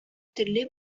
төрле